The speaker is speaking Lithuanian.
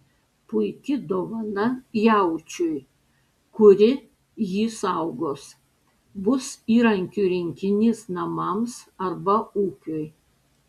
puiki dovana jaučiui kuri jį saugos bus įrankių rinkinys namams arba ūkiui